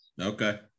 Okay